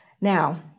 now